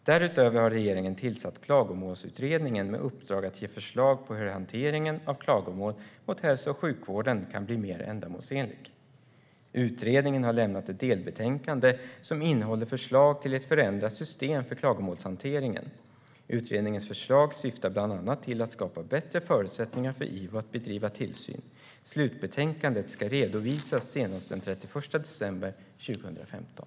Därutöver har regeringen tillsatt Klagomålsutredningen med uppdrag att ge förslag på hur hanteringen av klagomål mot hälso och sjukvården kan bli mer ändamålsenlig. Utredningen har lämnat ett delbetänkande, som innehåller förslag till ett förändrat system för klagomålshanteringen. Utredningens förslag syftar bland annat till att skapa bättre förutsättningar för IVO att bedriva tillsyn. Slutbetänkandet ska redovisas senast den 31 december 2015.